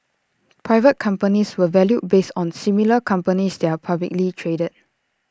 private companies were valued based on similar companies that are publicly traded